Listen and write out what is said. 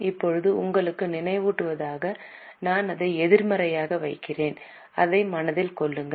இப்போது உங்களுக்கு நினைவூட்டுவதற்காக நான் அதை எதிர்மறையாக வைக்கிறேன் அதை மனதில் கொள்ளுங்கள்